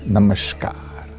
Namaskar